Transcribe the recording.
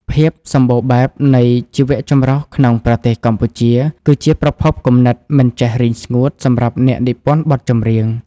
ភាពសម្បូរបែបនៃជីវចម្រុះក្នុងប្រទេសកម្ពុជា គឺជាប្រភពគំនិតមិនចេះរីងស្ងួតសម្រាប់អ្នកនិពន្ធបទចម្រៀង។